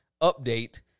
update